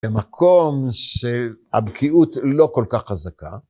במקום שהבקיאות לא כל כך חזקה.